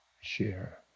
share